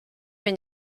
mais